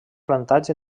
plantats